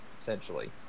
essentially